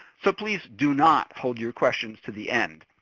so, please do not hold your questions to the end.